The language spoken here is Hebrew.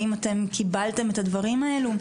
האם אתם קיבלתם את הדברים האלו?